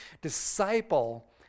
disciple